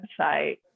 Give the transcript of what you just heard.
website